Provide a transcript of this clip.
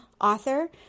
author